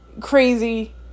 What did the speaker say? crazy